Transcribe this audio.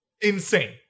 insane